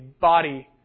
body